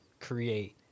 create